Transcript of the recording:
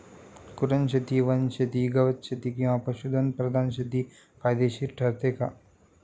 कुरणशेती, वनशेती, गवतशेती किंवा पशुधन प्रधान शेती फायदेशीर ठरते का?